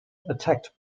attacked